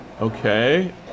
Okay